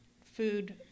food